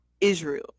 Israel